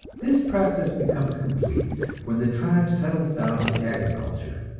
this process becomes complete when the tribe settles down to agriculture,